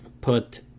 put